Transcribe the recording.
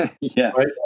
Yes